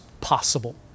possible